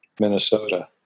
Minnesota